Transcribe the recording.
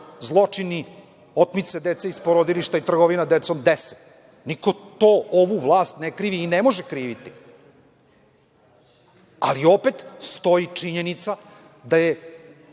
zločini otmice dece iz porodilišta i trgovina decom dese. Niko to ovu vlast ne krivi i ne može kriviti, ali opet, stoji činjenica da su